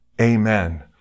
amen